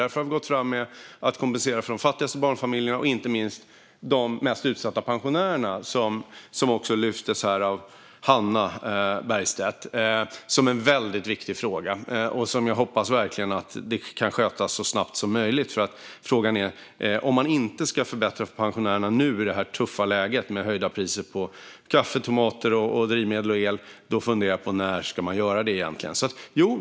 Därför har vi gått fram med att kompensera de fattigaste barnfamiljerna och inte minst de mest utsatta pensionärerna, som också lyftes fram av Hannah Bergstedt. Det är en väldigt viktig fråga som jag verkligen hoppas kommer att skötas så snabbt som möjligt. Om man inte ska förbättra för pensionärerna nu i det här tuffa läget, med höjda priser på kaffe, tomater, drivmedel och el, funderar jag på när man egentligen ska göra det.